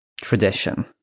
tradition